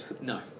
No